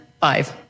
five